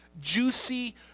Juicy